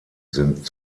sind